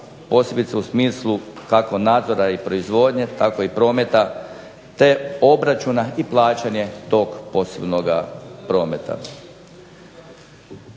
posebice u smislu kako nadzora i proizvodnje tako i prometa, te obračuna i plaćanje tog posebnoga prometa.